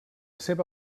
seva